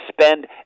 spend